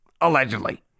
allegedly